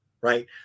right